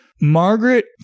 Margaret